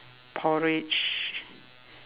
porridge